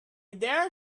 dare